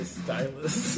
stylus